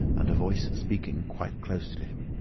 and a voice speaking quite close to him.